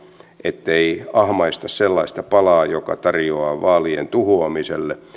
ettei ahmaista sellaista palaa joka tarjoaa vaalien tuhoamiselle